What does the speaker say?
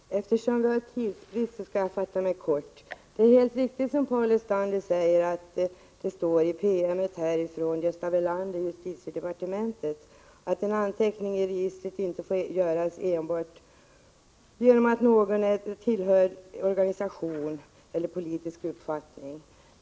Herr talman! Eftersom vi har tidsbrist skall jag fatta mig kort. Det är helt riktigt som Paul Lestander säger att det står i denna PM från Gösta Welander, justitiedepartementet, att en anteckning i registret inte får göras enbart genom att någon tillhör organisation eller har en viss politisk uppfattning.